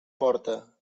porta